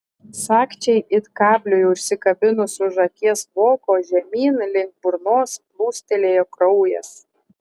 sagčiai it kabliui užsikabinus už akies voko žemyn link burnos plūstelėjo kraujas